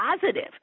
positive